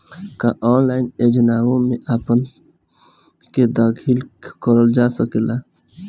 का ऑनलाइन योजनाओ में अपना के दाखिल करल जा सकेला?